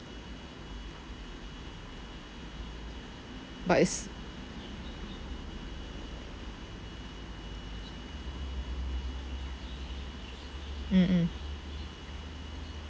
but it's mm mm